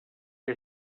que